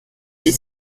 des